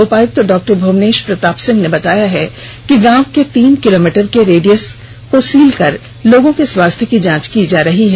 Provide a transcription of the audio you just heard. उपायुक्त डॉ भुवनेश प्रताप सिंह ने बताया कि गांव के तीन किलोमीटर के रेडियस में सील कर लोगों के स्वास्थ्य की जांच की जा रही है